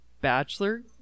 bachelor